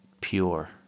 Pure